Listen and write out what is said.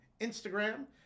Instagram